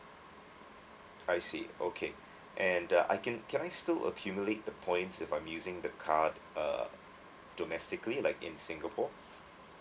I see okay and the I can can I still accumulate the points if I'm using the card uh domestically like in singapore